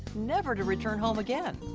never to return home again.